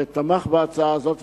שתמך בהצעה הזאת.